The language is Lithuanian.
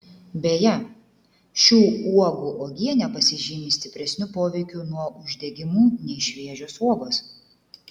beje šių uogų uogienė pasižymi stipresniu poveikiu nuo uždegimų nei šviežios uogos